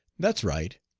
that's right,